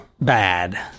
bad